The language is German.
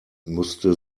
musste